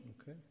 Okay